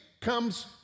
comes